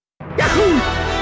Yahoo